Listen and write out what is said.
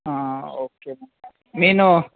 okay నేను